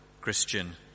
Christian